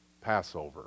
Passover